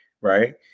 right